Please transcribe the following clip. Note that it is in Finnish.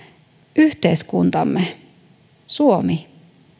yhteiskuntamme suomi